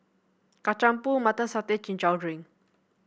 Kacang Pool Mutton Satay king chow drink